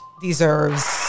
deserves